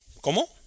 ¿Cómo